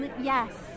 Yes